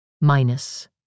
minus